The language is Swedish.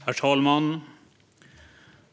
Herr talman!